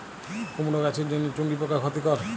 কুমড়ো গাছের জন্য চুঙ্গি পোকা ক্ষতিকর?